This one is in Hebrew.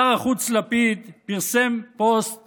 שר החוץ לפיד פרסם פוסט